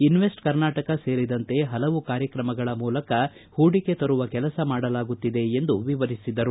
invest Karnataka ಸೇರಿದಂತೆ ಪಲವು ಕಾರ್ಯಕ್ರಮಗಳ ಮೂಲಕ ಹೂಡಿಕೆ ತರುವ ಕೆಲಸ ಮಾಡಲಾಗುತ್ತಿದೆ ಎಂದು ವಿವರಿಸಿದರು